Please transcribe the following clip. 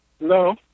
No